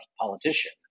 politician